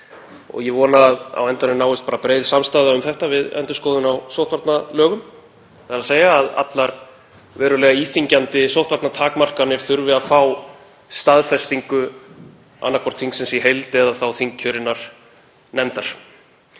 Ég vona að á endanum náist breið samstaða um þetta við endurskoðun á sóttvarnalögum, þ.e. að allar verulega íþyngjandi sóttvarnatakmarkanir þurfi að fá staðfestingu annaðhvort þingsins í heild eða þá þingkjörinnar nefndar.